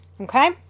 okay